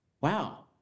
Wow